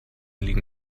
liegen